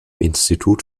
institut